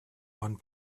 one